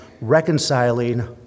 reconciling